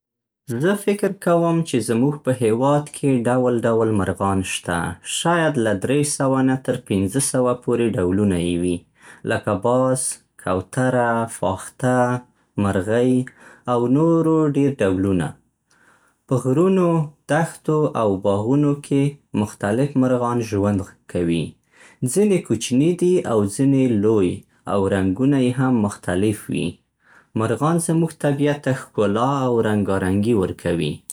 زه فکر کوم چې زموږ په هېواد کې ډول ډول مرغان شته. شاید له درې سوه نه تر پنځه سوه پورې ډولونه يې وي. لکه باز، کوتره، فاخته، مرغۍ، او نورو ډېر ډولونه. په غرونو، دښتو، او باغونو کې مختلف مرغان ژوند کوي. ځینې کوچني دي او ځینې لوی، او رنګونه یې هم مختلف وي. مرغان زموږ طبیعت ته ښکلا او رنګارنګي ورکوي.